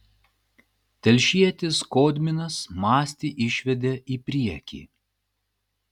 telšietis skodminas mastį išvedė į priekį